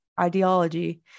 ideology